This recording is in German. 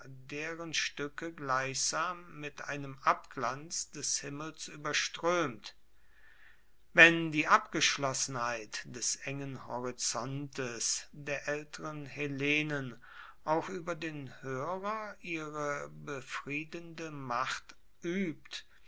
deren stuecke gleichsam mit einem abglanz des himmels ueberstroemt wenn die abgeschlossenheit des engen horizontes der aelteren hellenen auch ueber den hoerer ihre befriedende macht uebt